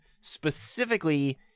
Specifically